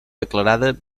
declarada